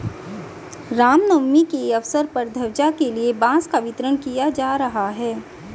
राम नवमी के अवसर पर ध्वजा के लिए बांस का वितरण किया जा रहा है